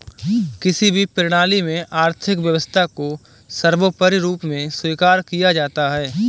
किसी भी प्रणाली में आर्थिक व्यवस्था को सर्वोपरी रूप में स्वीकार किया जाता है